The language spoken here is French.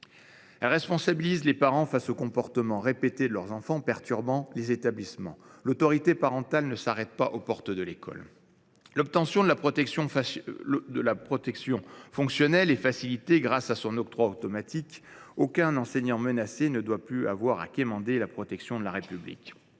à responsabiliser les parents face aux comportements des enfants perturbant à répétition l’établissement. L’autorité parentale ne s’arrête pas aux portes de l’école. Quatrièmement, l’obtention de la protection fonctionnelle sera facilitée grâce à son octroi automatique. Aucun enseignant menacé ne doit plus avoir à quémander la protection de la République.